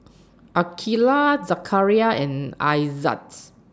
Aqilah Zakaria and Aizat's